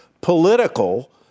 political